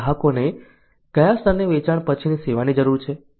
અમારા ગ્રાહકોને કયા સ્તરની વેચાણ પછીની સેવાની જરૂર છે